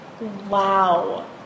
Wow